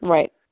Right